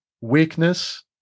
weakness